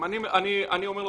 אני אומר לו,